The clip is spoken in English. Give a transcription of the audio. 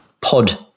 pod